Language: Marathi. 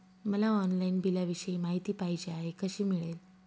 मला ऑनलाईन बिलाविषयी माहिती पाहिजे आहे, कशी मिळेल?